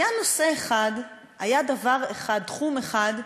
והיה נושא אחד, היה דבר אחד, תחום אחד,